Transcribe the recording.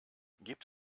gibt